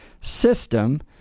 system